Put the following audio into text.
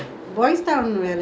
boys town leh